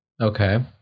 okay